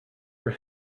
her